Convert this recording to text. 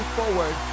forward